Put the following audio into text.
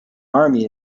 army